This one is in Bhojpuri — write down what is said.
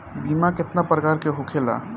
बीमा केतना प्रकार के होखे ला?